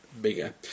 bigger